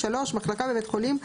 (3) מחלקה בבית חולים,